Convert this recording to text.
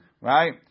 right